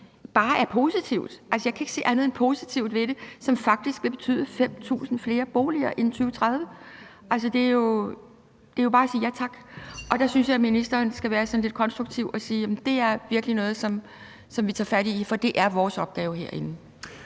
bare er positivt. Jeg kan ikke se andet end positive ting ved det, som faktisk vil betyde 5.000 flere boliger i 2030. Det er jo bare at sige ja tak. Og der synes jeg, at ministeren skal være sådan lidt konstruktiv og sige, at det virkelig er noget, som vi tager fat i, for det er vores opgave herinde.